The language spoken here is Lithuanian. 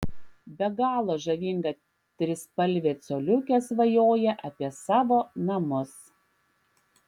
be galo žavinga trispalvė coliukė svajoja apie savo namus